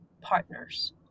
partners